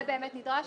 זה באמת נדרש,